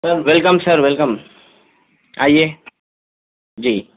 سر welcome sir welcome آئیے جی